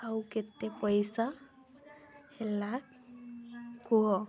ଆଉ କେତେ ପଇସା ହେଲା କୁହ